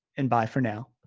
and bye for now!